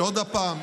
ועוד פעם,